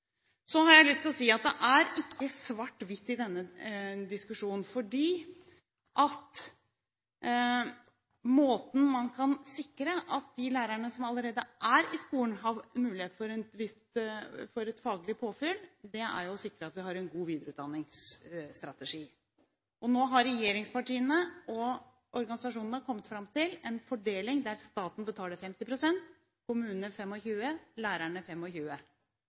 Så har jeg lyst til å si at det er ikke svart–hvitt i denne diskusjonen. For måten man kan sikre at de lærerne som allerede er i skolen, får muligheten til faglig påfyll på, er å sikre en god videreutdanningsstrategi. Nå har regjeringspartiene og organisasjonene kommet fram til en fordeling der staten betaler 50 pst., kommunene 25 pst. og lærerne